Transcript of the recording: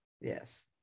Yes